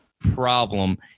problem